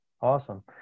awesome